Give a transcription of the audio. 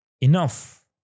enough